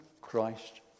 Christ